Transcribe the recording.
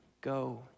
Go